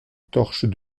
torche